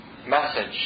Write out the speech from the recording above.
Message